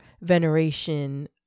veneration